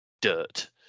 dirt